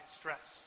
stress